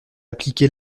appliquer